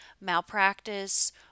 malpractice